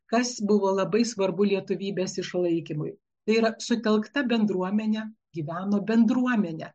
kas buvo labai svarbu lietuvybės išlaikymui tai yra sutelkta bendruomenė gyveno bendruomenė